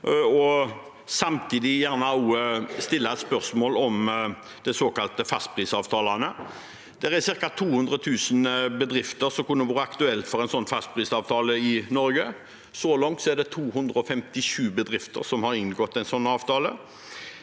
også stille et spørsmål om de såkalte fastprisavtalene. Det er ca. 200 000 bedrifter i Norge som kunne vært aktuelle for en fastprisavtale. Så langt er det 257 bedrifter som har inngått en sånn avtale.